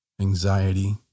anxiety